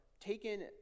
taken